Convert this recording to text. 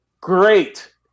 Great